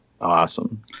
Awesome